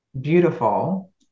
beautiful